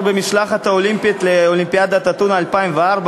במשלחת האולימפית לאולימפיאדת אתונה 2004,